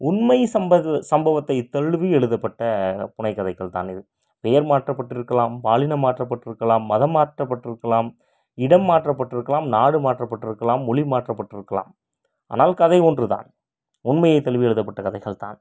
உண்மை சம்பவ சம்பவத்தை தழுவி எழுதப்பட்ட புனை கதைகள் தான் இது பெயர் மாற்றப்பட்டுருக்கலாம் பாலினம் மாற்றப்பட்டுருக்கலாம் மதம் மாற்றப்பட்டுருக்கலாம் இடம் மாற்றப்பட்டுருக்கலாம் நாடு மாற்றப்பட்டுருக்கலாம் மொழி மாற்றப்பட்டுருக்கலாம் ஆனால் கதை ஒன்று தான் உண்மையை தழுவி எழுதப்பட்ட கதைகள் தான்